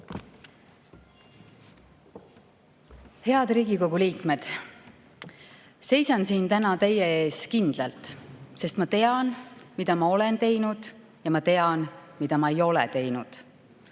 Head Riigikogu liikmed! Seisan siin täna teie ees kindlalt, sest ma tean, mida ma olen teinud, ja ma tean, mida ma ei ole teinud.